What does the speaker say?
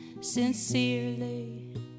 sincerely